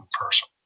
person